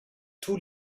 tout